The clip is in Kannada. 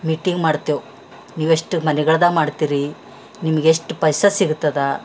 ಮೀಟಿಂಗ್ ಮಾಡ್ತೇವೆ ನಿವೇಷ್ಟು ಮನೆಗಳ್ದು ಮಾಡ್ತೀರಿ ನಿಮ್ಗೆ ಎಷ್ಟು ಪೈಸ ಸಿಗ್ತದೆ